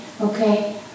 okay